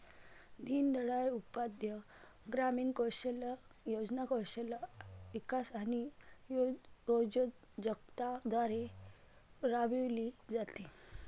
दीनदयाळ उपाध्याय ग्रामीण कौशल्य योजना कौशल्य विकास आणि उद्योजकता द्वारे राबविली जाते